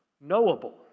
knowable